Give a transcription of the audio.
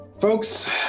Folks